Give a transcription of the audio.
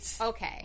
Okay